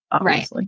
Right